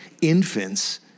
infants